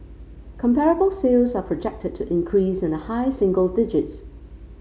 comparable sales are projected to increase in the high single digits